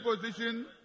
position